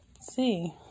see